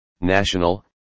national